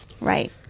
Right